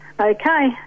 Okay